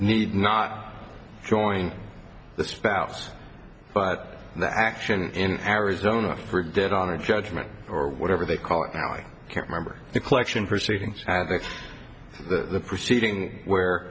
need not joining the spouse but the action in arizona did on a judgment or whatever they call it now i can't remember the collection proceedings of the proceeding where